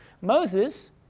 Moses